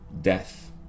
death